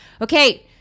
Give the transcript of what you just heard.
Okay